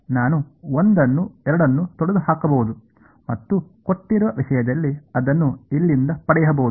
ನಾನು ಒಂದನ್ನು ಎರಡನ್ನು ತೊಡೆದುಹಾಕಬಹುದು ಮತ್ತು ಕೊಟ್ಟಿರುವ ವಿಷಯದಲ್ಲಿ ಅದನ್ನು ಇಲ್ಲಿಂದ ಪಡೆಯಬಹುದು